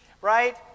Right